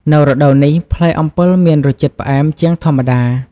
នៅរដូវនេះ ផ្លែអំពិលមានរសជាតិផ្អែមជាងធម្មតា។